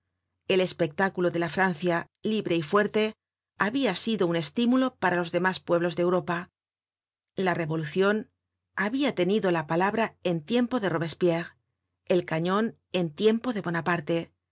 el espectáculo de la francia libre y fuerte habia sido un estímulo para los demás pueblos de europa la revolucion habia tenido la palabra en tiempo de robespierre el canon en tiempo de bonaparte